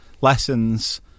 lessons